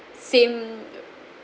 same